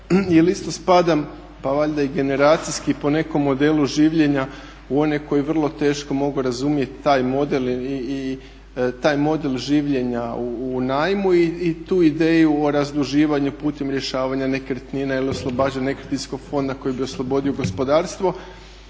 jer isto spadam pa valjda i generacijski po nekom modelu življenja u one koji vrlo teško mogu razumjeti taj model i taj model življenja u najmu i tu ideju o razduživanju putem rješavanja nekretnine ili oslobađanja nekretninskog fonda koji bi oslobodio gospodarstvo.